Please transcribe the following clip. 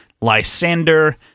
Lysander